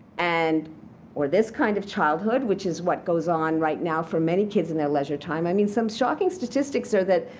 and or this kind of childhood which is what goes on right now for many kids in their leisure time. i mean some shocking statistics are that